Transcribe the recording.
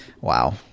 wow